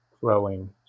growing